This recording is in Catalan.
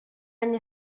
any